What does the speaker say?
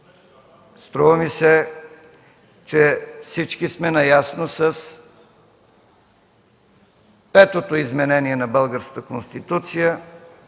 Струва ми се, че всички сме наясно с петото изменение на Българската конституция –